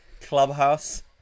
Clubhouse